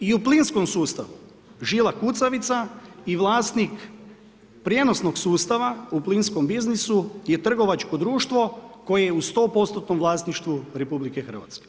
I u plinskom sustavu, živa kucavica i vlasnik prijenosnog sustava u plinskom biznisu je trgovačko društvo koje je u 100% vlasništvu RH.